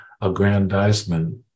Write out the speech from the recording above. aggrandizement